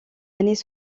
années